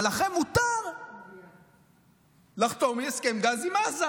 אבל לכם מותר לחתום על הסכם גז עם עזה.